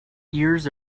years